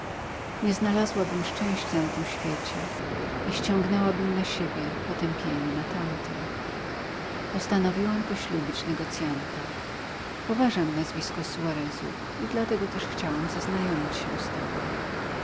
nie znalazłabym szczęścia na tym świecie i ściągnęłabym na siebie potępienie na tamtym postanowiłam poślubić negocjanta poważam nazwisko suarezów i dlatego też chciałam zaznajomić się z tobą